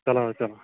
چلو حظ چلو